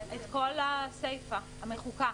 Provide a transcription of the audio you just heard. את כל הסיפא המחוקה.